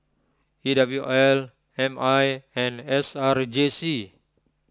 E W L M I and S R J C